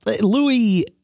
Louis